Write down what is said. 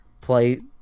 play